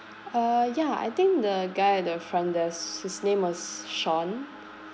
uh ya I think the guy at the front desk his name was sean